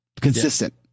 Consistent